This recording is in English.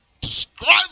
describe